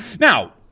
Now